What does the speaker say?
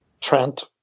Trent